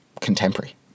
contemporary